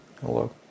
Hello